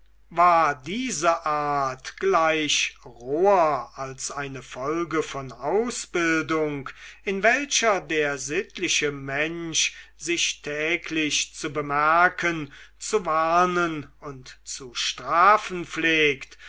war diese art gleich roher als eine folge von ausbildung in welcher der sittliche mensch sich täglich zu bemerken zu warnen und zu strafen pflegt